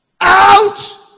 out